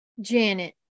janet